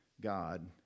God